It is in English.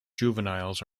juveniles